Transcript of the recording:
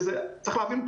צריך להבין,